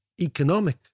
economic